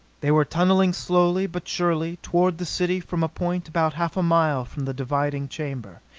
they were tunneling slowly but surely toward the city from a point about half a mile from the diving chamber.